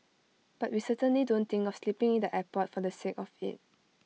but we certainly don't think of sleeping in the airport for the sake of IT